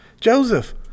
Joseph